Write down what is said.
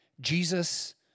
Jesus